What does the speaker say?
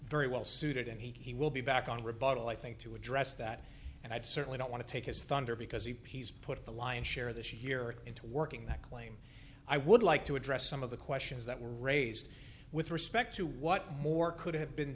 very well suited and he will be back on rebuttal i think to address that and i'd certainly don't want to take his thunder because he pees put the lion's share of the shit here into working that claim i would like to address some of the questions that were raised with respect to what more could have been